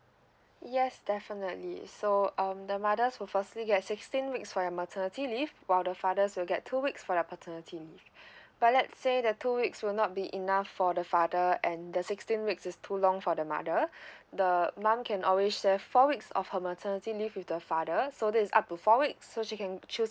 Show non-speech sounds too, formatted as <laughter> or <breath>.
yes definitely so um the mothers will firstly get sixteen weeks for their maternity leave while the fathers will get two weeks for their paternity <breath> but let's say the two weeks would not be enough for the father and the sixteen weeks is too long for the mother <breath> the mum can always share four weeks of her maternity leave with the father so this is up to four weeks so she can choose